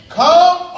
come